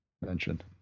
Mentioned